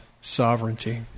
sovereignty